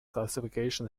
classification